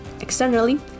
Externally